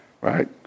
Right